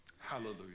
Hallelujah